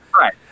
right